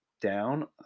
down